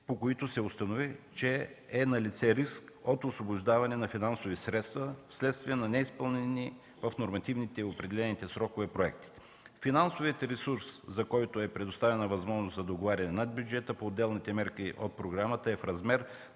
по които се установи, че е налице риск от освобождаване на финансови средства вследствие на неизпълнени в нормативните срокове проекти. Финансовият ресурс, за който е предоставена възможност за договаряне над бюджета по отделните мерки от програмата, е в размер